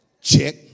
Check